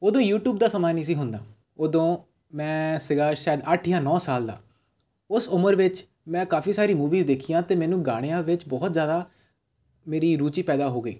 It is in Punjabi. ਉਦੋਂ ਯੂਟੀਊਬ ਦਾ ਸਮਾਂ ਨਹੀਂ ਸੀ ਹੁੰਦਾ ਉਦੋਂ ਮੈਂ ਸੀਗਾ ਸ਼ਾਇਦ ਅੱਠ ਜਾਂ ਨੌਂ ਸਾਲ ਦਾ ਉਸ ਉਮਰ ਵਿੱਚ ਮੈਂ ਕਾਫੀ ਸਾਰੀ ਮੂਵੀ ਦੇਖੀਆਂ ਅਤੇ ਮੈਨੂੰ ਗਾਣਿਆਂ ਵਿੱਚ ਬਹੁਤ ਜ਼ਿਆਦਾ ਮੇਰੀ ਰੁਚੀ ਪੈਦਾ ਹੋ ਗਈ